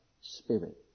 spirit